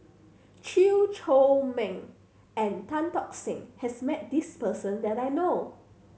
Chew Chor Meng and Tan Tock Seng has met this person that I know of